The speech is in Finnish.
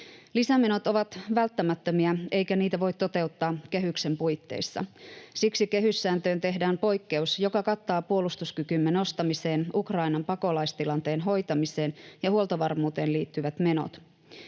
Lisämenot ovat välttämättömiä, eikä niitä voi toteuttaa kehyksen puitteissa. Siksi kehyssääntöön tehdään poikkeus, joka kattaa puolustuskykymme nostamiseen, Ukrainan pakolaistilanteen hoitamiseen ja huoltovarmuuteen liittyvät menot.